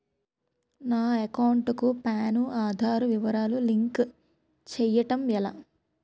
నా అకౌంట్ కు పాన్, ఆధార్ వివరాలు లింక్ చేయటం ఎలా?